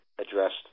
addressed